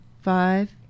five